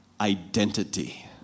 identity